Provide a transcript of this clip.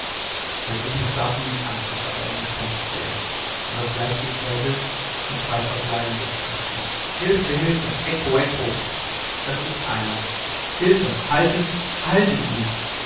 der bube starrt mich an als ob er ein gespenst sähe er wird bleich wie ein käse und schreit aus leibeskräften hülfe hülfe ecco ecco das ist einer hülfe haltet haltet ihn